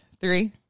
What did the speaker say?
Three